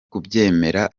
kubyemera